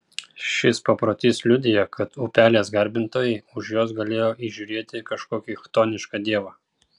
šis paprotys liudija kad upelės garbintojai už jos galėjo įžiūrėti kažkokį chtonišką dievą